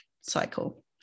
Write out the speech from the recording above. cycle